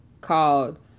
called